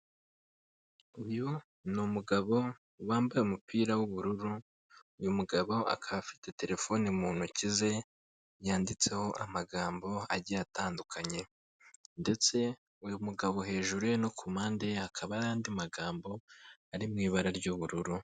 Uyu ni umugabo wambaye umupira w'ubururu, uyu mugabo akaba afite telefone mu ntoki ze yanditseho amagambo agiye atandukanye ndetse uyu mugabo hejuru ye no ku mpande ye hakaba n'andi magambo ari mu ibara ry'ubururu.